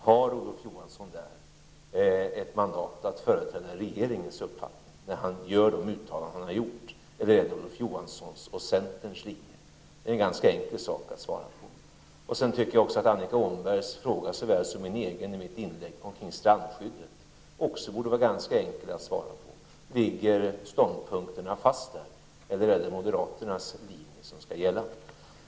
Har Olof Johansson något mandat att företräda regeringens uppfattning när det gäller de uttalanden som han har gjort, eller företräder Olof Johansson sin egen och centerns linje? Det borde vara en ganska enkel fråga att svara på. Vidare anser jag att såväl Annika Åhnbergs som min fråga kring strandskyddet också borde vara ganska enkel att svara på. Ligger ståndpunkterna fast i det avseendet? Eller är det moderaternas linje som skall gälla?